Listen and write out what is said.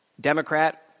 Democrat